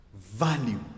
value